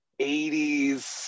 80s